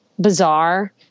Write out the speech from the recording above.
bizarre